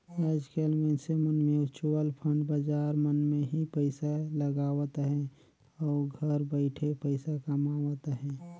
आएज काएल मइनसे मन म्युचुअल फंड बजार मन में ही पइसा लगावत अहें अउ घर बइठे पइसा कमावत अहें